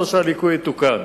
או שהליקוי יתוקן,